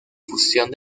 fusión